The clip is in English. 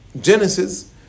Genesis